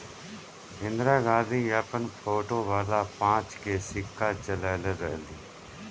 इंदिरा गांधी अपन फोटो वाला पांच के सिक्का चलवले रहली